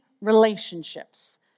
relationships